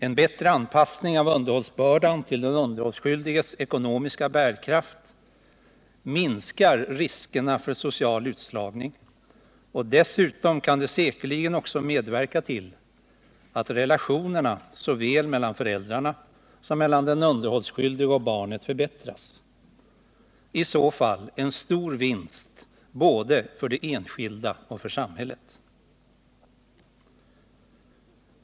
En bättre anpassning av underhållsbördan till den underhållsskyldiges ekonomiska bärkraft minskar riskerna för social utslagning och kan dessutom säkerligen också medverka till att relationerna såväl mellan föräldrarna som mellan den underhållsskyldige och barnet förbättras — i så fall en stor vinst både för de enskilda och för samhället.